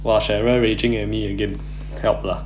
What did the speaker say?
!wah! cheryl raging at me again help lah